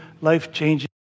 life-changing